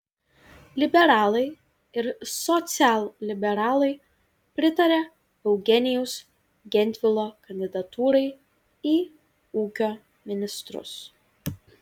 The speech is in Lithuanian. liberalai ir socialliberalai pritaria eugenijaus gentvilo kandidatūrai į ūkio ministrus